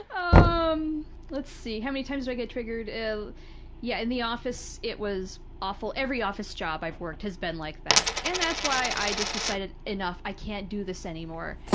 um um let's see. how many times do i get triggered? yeah, in the office, it was awful. every office job i've worked has been like that, and that's why i just decided, enough, i can't do this anymore,